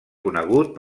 conegut